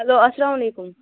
hello اسلام علیکُم